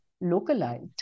localized